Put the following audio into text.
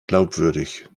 glaubwürdig